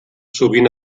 sovint